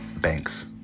banks